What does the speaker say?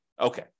Okay